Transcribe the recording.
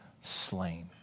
slain